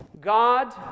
God